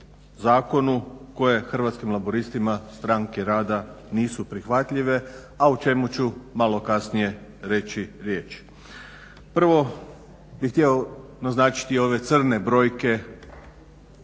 zakonu koje Hrvatskim laburistima – Stranke rada nisu prihvatljive a o čemu ću malo kasnije reći riječi. Prvo bih htio naznačiti ove crne brojke